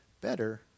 better